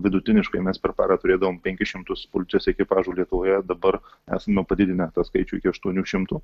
vidutiniškai mes per parą turėdavom penkis šimtus policijos ekipažų lietuvoje dabar esame padidinę tą skaičių iki aštuonių šimtų